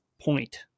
point